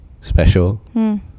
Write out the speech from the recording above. special